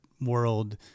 world